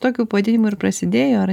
tokiu pavadinimu ir prasidėjo ar